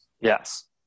Yes